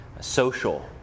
social